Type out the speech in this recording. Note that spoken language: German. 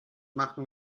machen